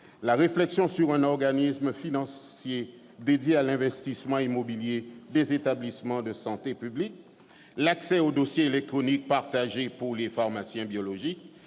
la réflexion sur un organisme financier dédié à l'investissement immobilier des établissements de santé publics ; l'accès aux dossiers électroniques partagés pour les pharmaciens biologistes